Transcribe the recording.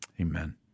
amen